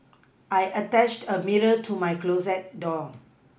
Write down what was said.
I attached a mirror to my closet door